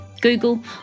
Google